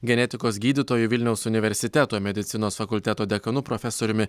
genetikos gydytoju vilniaus universiteto medicinos fakulteto dekanu profesoriumi